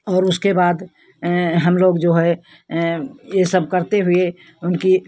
और उसके बाद हम लोग जो है ये सब करते हुए उनकी